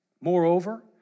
Moreover